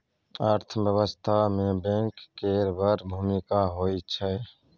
अर्थव्यवस्था मे बैंक केर बड़ भुमिका होइ छै